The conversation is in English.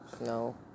No